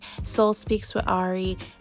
soulspeakswithari